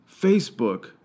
Facebook